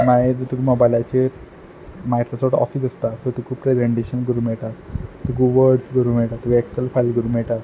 मागीर मोबायलाचेर Microsoft Office आसता सो तुका प्रेसेंनटेशन करूंक मेयटा तुका वर्ड्स करूंक मेयटा तुका एक्सल फायल करूंक मेयटा